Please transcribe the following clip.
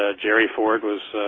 ah gerry ford was ah.